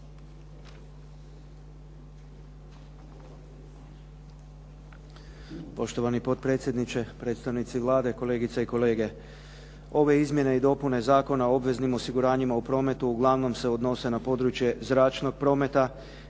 Poštovani potpredsjedniče, predstavnici Vlade, kolegice i kolege. Ove izmjene i dopune Zakona o obveznim osiguranjima o prometu uglavnom se odnose na područje zračnog prometa,